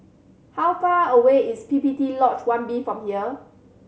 how far away is P P T Lodge One B from here